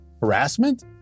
Harassment